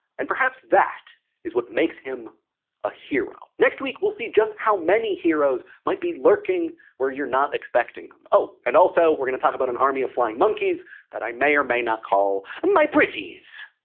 and perhaps that is what makes him a hero. next week we'll see just how many heroes might be lurking where you're not expecting them. oh! and also, we're gonna talk about an army of flying monkeys that i may or may not call my pretties.